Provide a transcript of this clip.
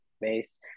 base